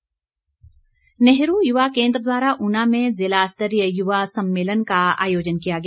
युवा सम्मेलन नेहरू युवा केंद्र द्वारा ऊना में जिला स्तरीय युवा सम्मेलन का आयोजन किया गया